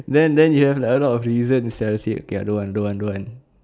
then then you have a lot of reason sia said okay I don't want don't want don't want